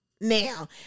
Now